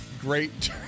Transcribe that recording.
great